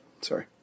Sorry